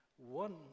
One